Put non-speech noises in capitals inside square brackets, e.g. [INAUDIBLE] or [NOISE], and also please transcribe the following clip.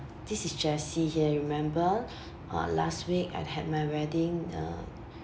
this is jessie here remember [BREATH] uh last week I had my wedding uh